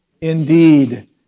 Indeed